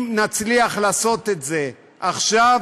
אם נצליח לעשות את זה עכשיו,